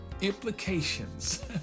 implications